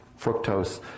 fructose